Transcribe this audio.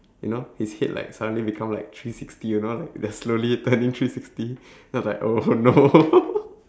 you know his head like suddenly become like three sixty you know like just slowly turning three sixty then I was like oh no